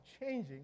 changing